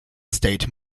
state